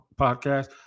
podcast